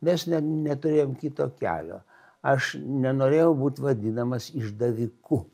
mes ne neturėjom kito kelio aš nenorėjau būt vadinamas išdaviku